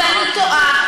ואני תוהה,